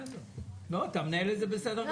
אתה מנהל את זה בסדר גמור.